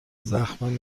زخم